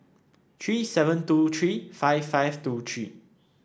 three seven two three five five two three